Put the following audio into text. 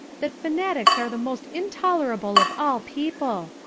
that fanatics are the most intolerable of all people.